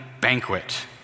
banquet